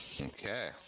Okay